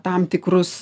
tam tikrus